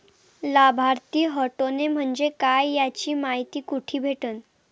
लाभार्थी हटोने म्हंजे काय याची मायती कुठी भेटन?